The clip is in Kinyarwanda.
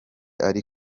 ari